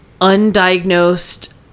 undiagnosed